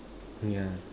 yeah